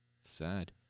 Sad